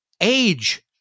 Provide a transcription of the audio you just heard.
age